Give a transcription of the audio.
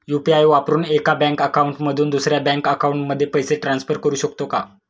UPI वापरून एका bank account मधून दुसऱ्या बँक अकाउंटमध्ये पैसे ट्रान्सफर करू शकतो का?